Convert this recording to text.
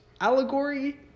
allegory